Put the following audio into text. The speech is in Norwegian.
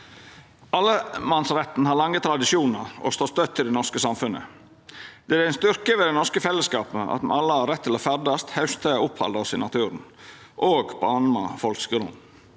Allemannsretten har lange tradisjonar og står støtt i det norske samfunnet. Det er ein styrke ved det norske fellesskapet at me alle har rett til å ferdast, hausta og opphalda oss i naturen, òg på andre folks grunn.